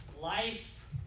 life